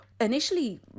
Initially